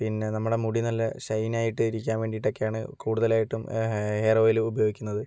പിന്നെ നമ്മുടെ മുടി നല്ല ഷൈൻ ആയിട്ടിരിക്കാൻ വേണ്ടിയിട്ട് ഒക്കെയാണ് കൂടുതലായിട്ടും ഹെയർ ഓയിൽ ഉപയോഗിക്കുന്നത്